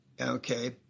okay